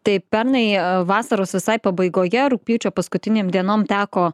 tai pernai vasaros visai pabaigoje rugpjūčio paskutinėm dienom teko